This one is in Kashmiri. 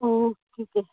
اوکے